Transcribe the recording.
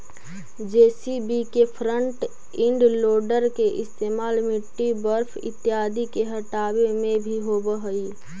JCB के front end loader के इस्तेमाल मिट्टी, बर्फ इत्यादि के हँटावे में भी होवऽ हई